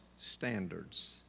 standards